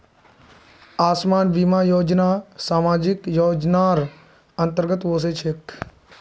आसान बीमा योजना सामाजिक योजनार अंतर्गत ओसे छेक